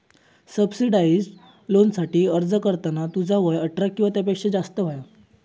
subsidised लोनसाठी अर्ज करताना तुझा वय अठरा किंवा त्यापेक्षा जास्त हव्या